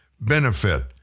benefit